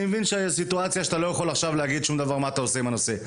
אני מבין שזו סיטואציה שאתה לא יכול עכשיו להגיד מה אתה עושה עם הנושא.